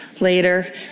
later